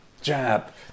jab